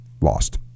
lost